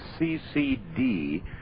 CCD